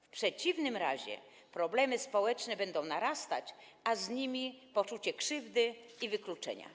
W przeciwnym razie problemy społeczne będą narastać, a wraz z nimi poczucie krzywdy i wykluczenia.